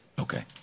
Okay